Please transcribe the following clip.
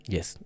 Yes